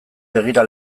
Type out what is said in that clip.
begira